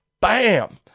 Bam